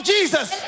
Jesus